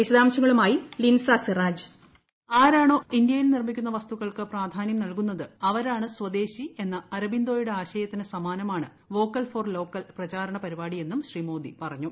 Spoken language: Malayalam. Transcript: വിശദാംശങ്ങളുമായി ലിൻസ സിറാജ് ആരാണോ ഇന്തൃയിൽ നിർമ്മിക്കുന്ന വസ്തുക്കൾക്ക് പ്രാധാനൃം നൽകുന്നത് ആരാണോ അവരാണ് സ്വദേശി എന്ന അരബിന്ദോയുടെ ആശയത്തിന് സമാനമാണ് വോക്കൽ ഫോർ ലോക്കൽ പ്രചാരണ പരിപാടി എന്നും ശ്രീ മോദി പറഞ്ഞു